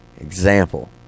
example